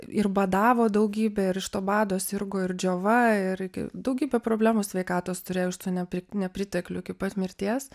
ir badavo daugybė ir iš to bado sirgo ir džiova irgi daugybę problemų sveikatos turėjo ir su ne nepritekliu iki pat mirties